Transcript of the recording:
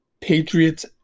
Patriots